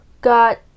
Got